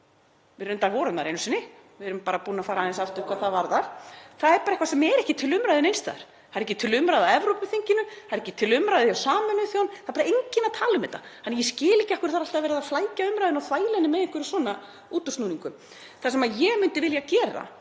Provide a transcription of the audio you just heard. Við vorum þar reyndar einu sinni. Við erum bara búin að fara aðeins aftur til baka hvað það varðar. Það er bara eitthvað sem er ekki til umræðu neins staðar. Það er ekki til umræðu á Evrópuþinginu, það er ekki til umræðu hjá Sameinuðu þjóðunum. Það er bara enginn að tala um þetta. Þannig að ég skil ekki af hverju er alltaf verið að flækja umræðuna og þvæla hana með einhverjum svona útúrsnúningum. Það sem ég myndi vilja gera